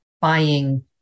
buying